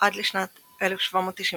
עד לשנת 1795,